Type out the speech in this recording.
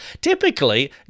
Typically